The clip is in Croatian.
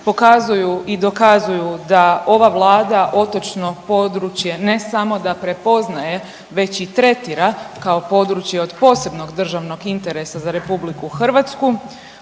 pokazuju i dokazuju da ova Vlada otočno područje ne samo da prepoznaje već i tretira kao područje od posebnog državnog interesa za RH. Ono što